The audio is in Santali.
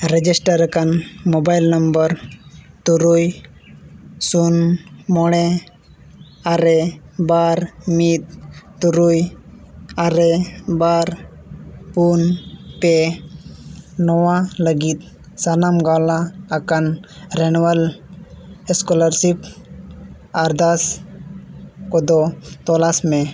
ᱨᱮᱡᱤᱥᱴᱟᱨ ᱟᱠᱟᱱ ᱢᱳᱵᱟᱭᱤᱞ ᱱᱟᱢᱵᱟᱨ ᱛᱩᱨᱩᱭ ᱥᱩᱱ ᱢᱚᱬᱮ ᱟᱨᱮ ᱵᱟᱨ ᱢᱤᱫ ᱛᱩᱨᱩᱭ ᱟᱨᱮ ᱵᱟᱨ ᱯᱩᱱ ᱯᱮ ᱱᱚᱣᱟ ᱞᱟᱹᱜᱤᱫ ᱥᱟᱱᱟᱢ ᱞᱟᱜᱟᱣ ᱟᱠᱟᱱ ᱨᱮᱱᱤᱣᱩᱭᱮᱞ ᱥᱠᱚᱞᱟᱨᱥᱤᱯ ᱟᱨᱫᱟᱥ ᱠᱚᱫᱚ ᱛᱚᱞᱟᱥ ᱢᱮ